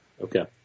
Okay